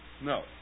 No